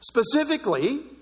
specifically